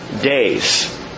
days